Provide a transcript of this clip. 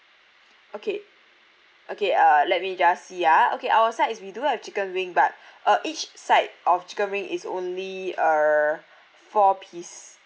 okay okay uh let me just ya okay our side is we do have chicken wing but uh each side of chicken wing is only uh four piece